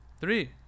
Three